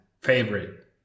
favorite